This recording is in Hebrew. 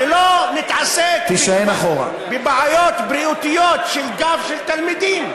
ולא נתעסק בבעיות בריאותיות של גב של תלמידים.